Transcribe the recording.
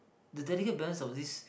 the delicate brand of this